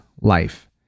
life